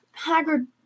Hagrid